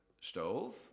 stove